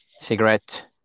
cigarette